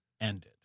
ended